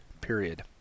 period